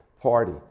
party